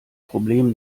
problem